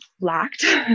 lacked